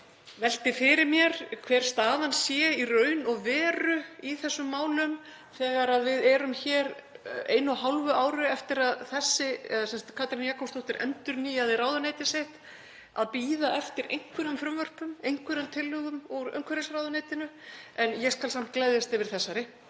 velti fyrir mér hver staðan sé í raun og veru í þessum málum þegar við erum hér einu og hálfu ári eftir að Katrín Jakobsdóttir endurnýjaði ráðuneytið sitt að bíða eftir einhverjum frumvörpum, einhverjum tillögum úr umhverfisráðuneytinu. En ég skal samt gleðjast yfir þessari.